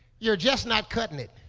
you're just not cuttin' it